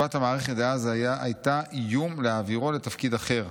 ותשובת המערכת דאז הייתה איום להעבירו לתפקיד אחר.